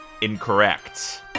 Incorrect